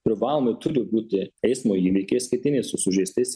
privalomai turi būti eismo įvykiai išskirtiniai su sužeistais